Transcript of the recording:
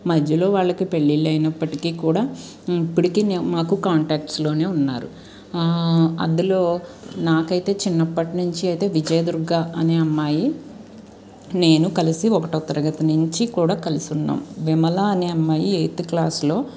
మధ్యలో వాళ్లకి పెళ్లిళ్ళు అయినప్పటికీ కూడా ఇప్పటికే మాకు కాంటాక్ట్స్లోనే ఉన్నారు అందులో నాకైతే చిన్నప్పటి నుంచి అయితే విజయ దుర్గ అనే అమ్మాయి నేను కలిసి ఒకటో తరగతి నుంచి కూడా కలిసున్నాం విమల అనే అమ్మాయి ఎయిత్ క్లాస్లో